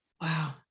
Wow